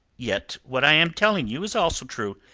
yet what i am telling you is also true,